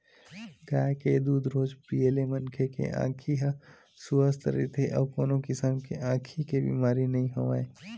गाय के दूद रोज पीए ले मनखे के आँखी ह सुवस्थ रहिथे अउ कोनो किसम के आँखी के बेमारी नइ होवय